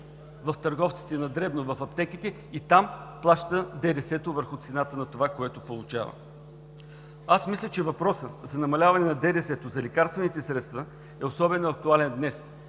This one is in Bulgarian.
от търговците на дребно в аптеките, и там плаща ДДС-то върху цената на това, което получава. Аз мисля, че въпросът за намаляване на ДДС за лекарствените средства е особено актуален днес.